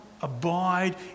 abide